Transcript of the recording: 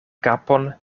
kapon